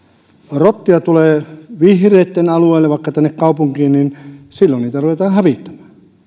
rottia tulee vihreitten alueelle vaikka tänne kaupunkiin niin silloin niitä ruvetaan hävittämään